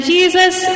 Jesus